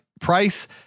price